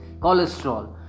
cholesterol